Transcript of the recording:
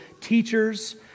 teachers